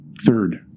third